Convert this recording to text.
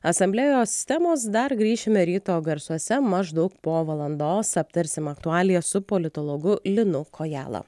asamblėjos temos dar grįšime ryto garsuose maždaug po valandos aptarsim aktualijas su politologu linu kojala